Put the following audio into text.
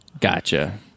Gotcha